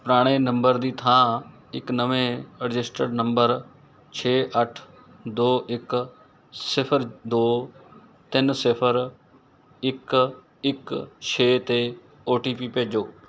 ਪੁਰਾਣੇ ਨੰਬਰ ਦੀ ਥਾਂ ਇੱਕ ਨਵੇਂ ਰਜਿਸਟਰਡ ਨੰਬਰ ਛੇ ਅੱਠ ਦੋ ਇੱਕ ਸਿਫਰ ਦੋ ਤਿੰਨ ਸਿਫਰ ਇੱਕ ਇੱਕ ਛੇ 'ਤੇ ਓ ਟੀ ਪੀ ਭੇਜੋ